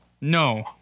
No